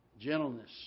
Gentleness